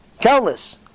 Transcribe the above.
Countless